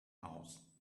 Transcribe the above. house